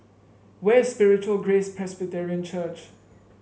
where is Spiritual Grace Presbyterian Church